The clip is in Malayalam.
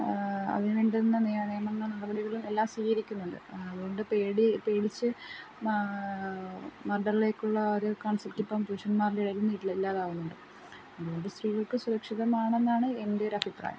അതിന് വേണ്ടുന്ന നിയ നിയമങ്ങൾ നടപടികളും എല്ലാം സ്വീകരിക്കുന്നുണ്ട് അതുകൊണ്ട് പേടി പേടിച്ച് മ മർഡറിലേക്കുള്ള ഒരു കൺസെപ്റ്റ് ഇപ്പം പുരുഷന്മാരുടെ ഇടയിൽ ഇല്ലാതാവുന്നുണ്ട് അതുകൊണ്ട് സ്ത്രീകൾക്ക് സുരക്ഷിതമാണെന്നാണ് എൻറെ ഒരു അഭിപ്രായം